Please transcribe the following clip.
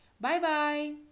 Bye-bye